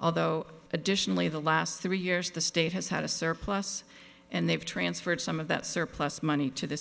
although additionally the last three years the state has had a surplus and they've transferred some of that surplus money to the